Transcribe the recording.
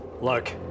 look